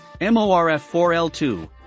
MORF4L2